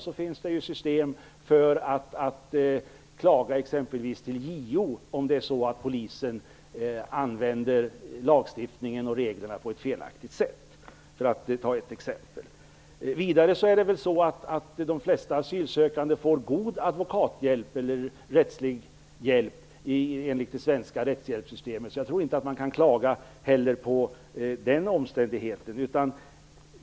Det finns också system för att klaga hos exempelvis JO om Polisen använder lagstiftningen och reglerna på ett felaktigt sätt. Vidare får väl de flesta asylsökande god advokathjälp eller rättslig hjälp enligt det svenska rättshjälpssystemet. Jag tror inte det går att klaga på den omständigheten heller.